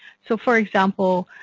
so for example,